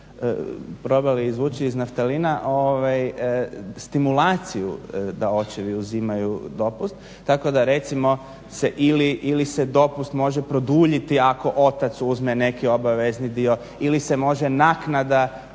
probali izvući iz naftalina, stimulaciju da očevi uzimaju dopust tako da recimo ili se dopust može produljiti ako otac uzme neki obavezni dio ili se može naknada